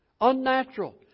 Unnatural